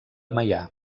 meià